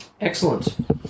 Excellent